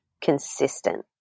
consistent